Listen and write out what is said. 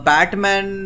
Batman